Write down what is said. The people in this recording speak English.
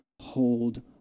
Hold